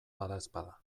badaezpada